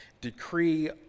decree